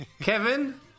Kevin